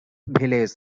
village